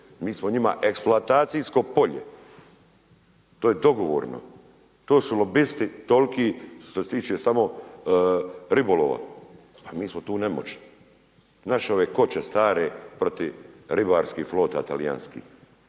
Mi smo njima eksploatacijsko polje, to je dogovorno, to su lobisti toliki što se tiče samo ribolova, pa mi smo tu nemoćni. Naše ove koče stare, protiv ribarskih flota, talijanskih,